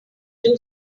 too